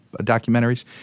documentaries